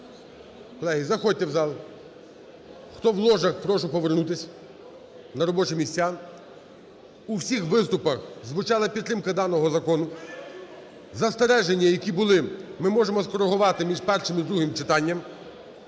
Колеги, заходьте у зал. Хто у ложах, прошу повернутись на робочі місця. У всіх виступах звучала підтримка даного закону. Застереження, які були, ми можемо скоригувати між першим і другим читанням.